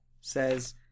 says